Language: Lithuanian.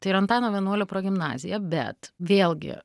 tai yra antano vienuolio progimnazija bet vėlgi